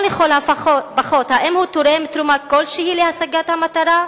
לכל הפחות, האם הוא תורם תרומה כלשהי להשגת המטרה?